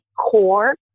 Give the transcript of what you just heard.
core